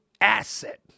asset